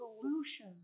solution